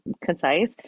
concise